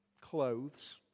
clothes